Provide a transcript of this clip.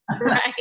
right